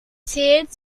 zählt